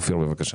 אופיר, בבקשה.